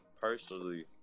personally